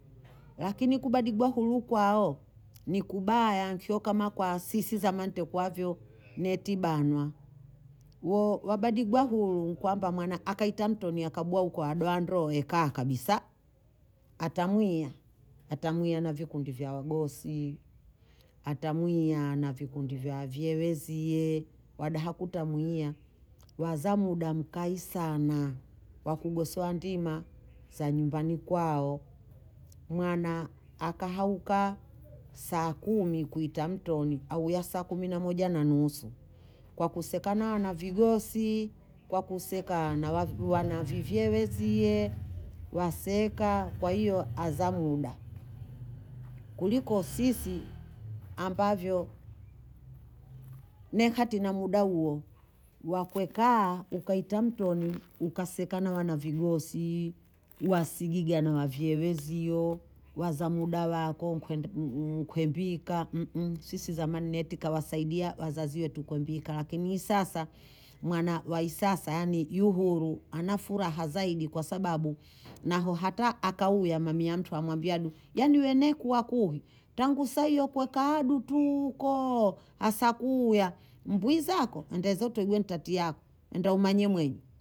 lakini kubadigwa huru kwao ni kubaya nkyo kama kwa sisi zamani ntekwavyo netibanwa wobadigwa huru kwamba mwana akahita mtoni ekabwa hu ndoo ekaa kabisa atamwia atamwia na vikundi vya wagosi, atamwia na vikundi vya wavyee wenzie, wadaha kutamwia waza muda mkai sana, wakugosoa ndima za nyumbani kwao mwana akahauka saa kumi kwita mtoni auya saa kumi na moja na nusu, kwa kusekana na vigosi kwa kusekana na wanavivyei wezie waseka kwa hiyo aza muda kuliko sisi ambavyo nekati na muda huo wa kwekaa wa kuita mtoni useka na wanavigosi wasigigaa na wavyei wenzio waza muda wako ukwe ukwembika sisi zamani akawasaidia wazazi wetu ukwembika lakini sasa mwana wa isasa yu huru ana furaha zaidi kwa sababu naho hata akauya mami ya mntu amwambia yani wenekekuwa nkuhu tangu saa hiyo kwekaa kuudu tu asa kuya mbwi zako endeza ntutantiako ende umanye mwenye